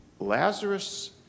Lazarus